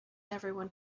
everyone